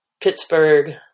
Pittsburgh